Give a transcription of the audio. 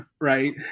Right